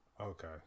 Okay